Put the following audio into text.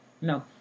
No